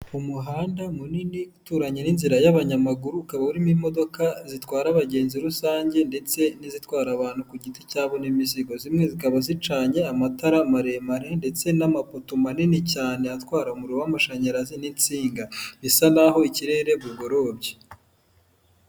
Umuhanda munini uturanye n'inzira y'abanyamaguru ukaba urimo imodoka zitwara abagenzi rusange ndetse n'izitwara abantu ku giti cyabo n'imizigo, zimwe zikaba zicanye amatara maremare ndetse n'amapoto manini cyane atwara umuriro w'amashanyarazi n'insinga, bisa naho ikirere bugorobye.